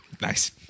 nice